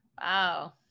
Wow